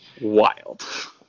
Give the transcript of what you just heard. Wild